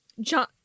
john